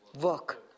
work